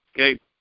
Okay